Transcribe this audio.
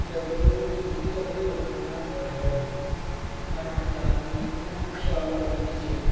डबर बी मिं ओह् डु'ग्गी डबर ही ओह् न्हांदे माड़ी माड़ी तारी औंदी मतलब कि में छाल मारी ओड़ी बिच